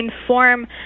inform